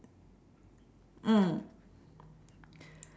mm